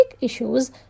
issues